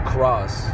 Cross